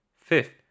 Fifth